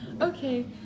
Okay